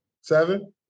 Seven